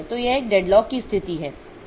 तो यह एक डेडलॉक की स्थिति है